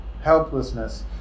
helplessness